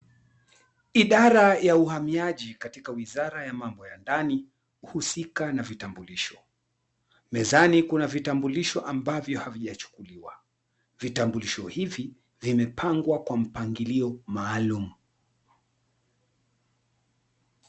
Idara ya uhamiaji katika wizara ya mambo ya ndani husika na vitambulisho, mezani kuna vitambulisho ambavyo havijachukuliwa. Vitambulisho hivi vimepangwa kwa mpangilio maalum .